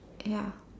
ya